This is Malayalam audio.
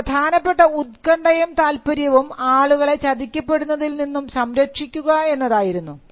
അതിൻറെ പ്രധാനപ്പെട്ട ഉത്കണ്ഠയും താൽപര്യവും ആളുകളെ ചതിക്കപ്പെടുന്നതിൽനിന്നും സംരക്ഷിക്കുക എന്നതായിരുന്നു